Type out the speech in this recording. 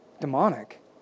demonic